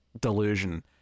delusion